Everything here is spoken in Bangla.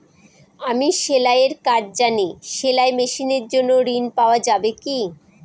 আমি সেলাই এর কাজ জানি সেলাই মেশিনের জন্য ঋণ পাওয়া যাবে কি?